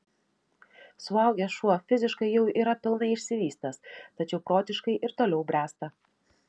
suaugęs šuo fiziškai jau yra pilnai išsivystęs tačiau protiškai ir toliau bręsta